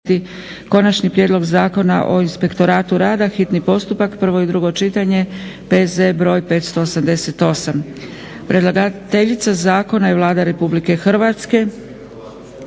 Konačni prijedlog Zakona o inspektoratu rada, hitni postupak, prvo i drugo čitanje, P.Z. br. 588. Predlagateljica zakona je Vlada RH. Prijedlog akta